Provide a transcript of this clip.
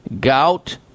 gout